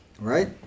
Right